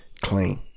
clean